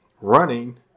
running